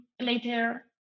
later